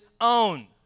own